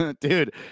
Dude